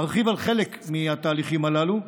ארחיב על חלק מהתהליכים הללו.